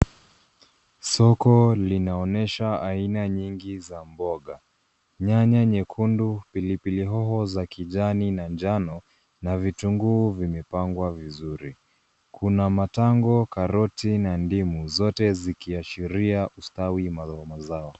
Soko linaonesha aina nyingi za mboga. Nyanya nyekundu, pilipili hoho za kijani na njano, na vitunguu vimepangwa vizuri. Kuna matango, karoti, na ndimu, zote zikiashiria ustawi mazao mazao.